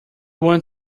want